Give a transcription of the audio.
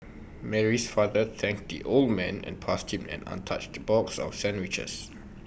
Mary's father thanked the old man and passed him an untouched box of sandwiches